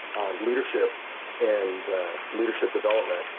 on leadership and leadership development